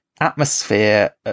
atmosphere